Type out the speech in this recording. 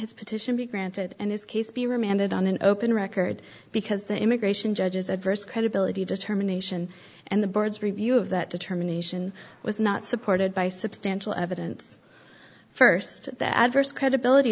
his petition be granted and his case be remanded on an open record because the immigration judges adverse credibility determination and the boards review of that determination was not supported by substantial evidence first that adverse credibility